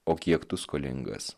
o kiek tu skolingas